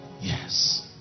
Yes